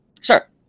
Sure